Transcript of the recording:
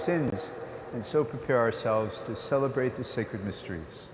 sins and so compare ourselves to celebrate the sacred mysteries